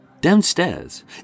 downstairs